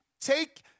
Take